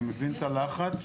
אני מבין את הלחץ,